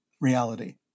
reality